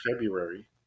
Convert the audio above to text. February